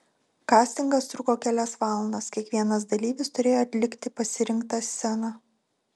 kastingas truko kelias valandas kiekvienas dalyvis turėjo atlikti pasirinktą sceną